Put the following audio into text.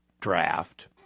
draft